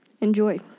enjoy